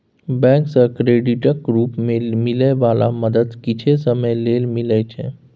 bank सँ क्रेडिटक रूप मे मिलै बला मदद किछे समय लेल मिलइ छै